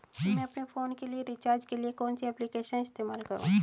मैं अपने फोन के रिचार्ज के लिए कौन सी एप्लिकेशन इस्तेमाल करूँ?